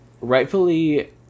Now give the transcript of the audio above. rightfully